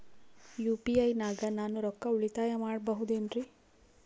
UPI ನಾಗ ನಾನು ರೊಕ್ಕ ಉಳಿತಾಯ ಮಾಡಬಹುದೇನ್ರಿ?